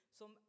som